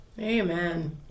Amen